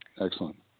Excellent